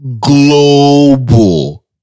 global